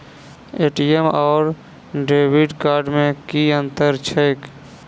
ATM आओर debit card मे की अंतर छैक?